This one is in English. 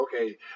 okay